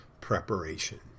preparation